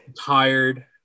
tired